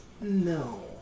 no